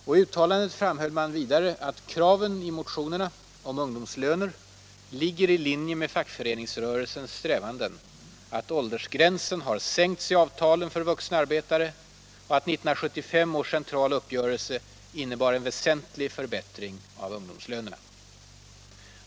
I uttalandet framhöll man vidare att kraven i motionerna om ungdomslönerna ligger i linje med fackföreningsrörelsens strävanden, att åldersgränsen har sänkts i avtalen för vuxna arbetare och att 1975 års centrala uppgörelse innebar en väsentlig förbättring av ungdomslönerna.